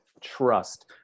trust